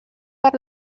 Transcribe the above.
per